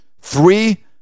Three